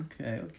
Okay